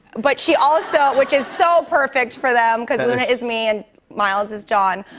but she also which is so perfect for them, cause luna is me, and miles is john.